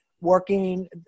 working